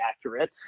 accurate